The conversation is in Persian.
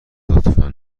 لطفا